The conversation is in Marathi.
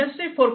इंडस्ट्री 4